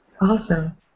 Awesome